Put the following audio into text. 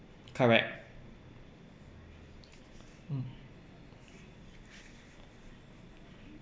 correct mm